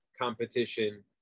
competition